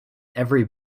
every